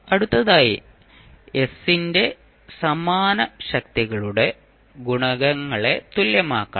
അടുത്തതായി s ന്റെ സമാന ശക്തികളുടെ ഗുണകങ്ങളെ തുല്യമാക്കണം